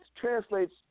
translates